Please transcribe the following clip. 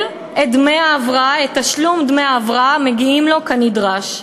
את תשלום דמי ההבראה המגיעים לו כנדרש.